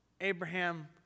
Abraham